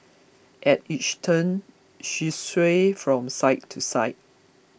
at each turn she swayed from side to side